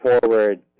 forward